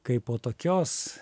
kaipo tokios